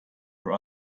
for